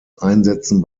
einsätzen